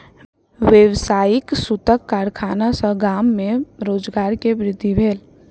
व्यावसायिक सूतक कारखाना सॅ गाम में रोजगार के वृद्धि भेल